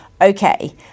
Okay